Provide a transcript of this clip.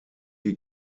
die